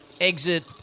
Exit